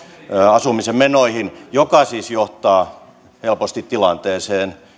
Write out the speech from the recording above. asumisen menoihin mikä siis johtaa helposti tilanteeseen